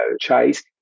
Chase